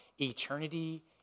eternity